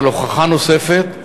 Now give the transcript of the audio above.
אבל הוכחה נוספת,